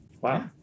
Wow